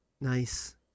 Nice